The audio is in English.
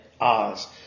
Oz